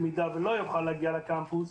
במידה ולא יוכל להגיע לקמפוס,